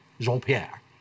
Jean-Pierre